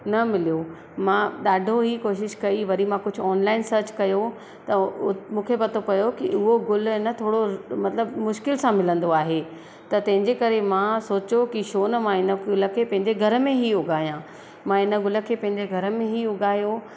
न मिलियो मां ॾाढो ई कोशिशि कई वरी मां कुझु ऑनलाइन सर्च कयो त मूंखे पतो पियो कि उहो गुल आहे न थोरो मतिलबु मुश्किल सां मिलंदो आहे त तंहिंजे करे मां सोचियो कि छो न मां इन फूल खे पंहिंजे घर में ई उगाया मां इन गुल खे पंहिंजे घर में ई उगायो